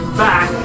back